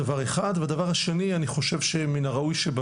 שבדיוק השבוע הגיעו אלינו התקנות בעניין